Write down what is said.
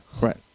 Right